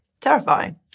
Terrifying